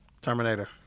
Terminator